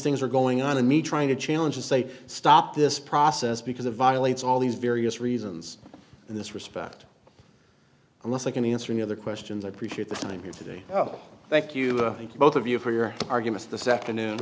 things are going on to me trying to challenge and say stop this process because it violates all these various reasons in this respect unless i can answer any other questions i appreciate that i'm here today oh thank you thank you both of you for your arguments this afternoon